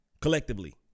Collectively